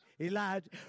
Elijah